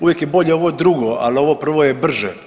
Uvijek je bolje ovo drugo, ali ovo prvo je brže.